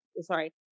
sorry